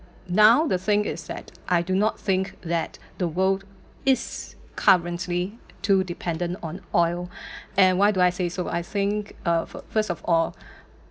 now the thing is that I do not think that the world is currently too dependent on oil and why do I say so I think uh first of all